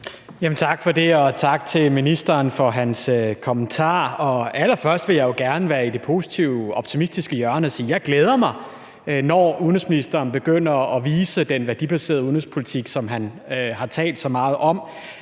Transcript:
Tak for det, og tak til ministeren for hans kommentarer. Allerførst vil jeg jo gerne være i det positive, optimistiske hjørne og sige, at jeg glæder mig, når udenrigsministeren begynder at vise den værdibaserede udenrigspolitik, som han har talt så meget om,